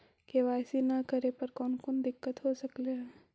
KYC न करे पर कौन कौन दिक्कत हो सकले हे?